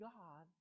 God